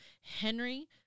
Henry